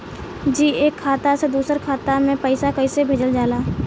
जी एक खाता से दूसर खाता में पैसा कइसे भेजल जाला?